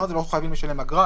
לא חייבים לשלם אגרה,